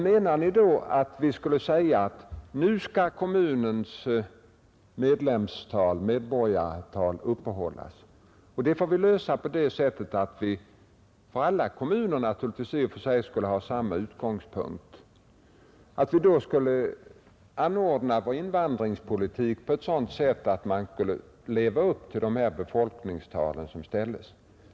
Menar ni att vi skulle säga oss att kommunernas medborgartal skall uppehållas genom invandringspolitiken — och alla kommuner skulle då i och för sig ha samma utgångspunkt när det gäller att leva upp till det befolkningstal som angivits?